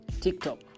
TikTok